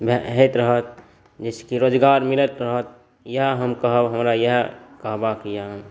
होइत रहत जाहिसँ कि रोजगार मिलैत रहत इएह हम कहब हमरा इएह कहबाके अइ